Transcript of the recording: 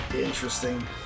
Interesting